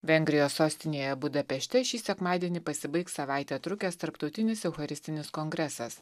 vengrijos sostinėje budapešte šį sekmadienį pasibaigs savaitę trukęs tarptautinis eucharistinis kongresas